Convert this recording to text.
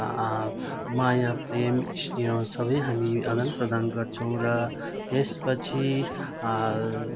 माया प्रेम स्नेह सबै हामी आदान प्रदान गर्छौँ र त्यसपछि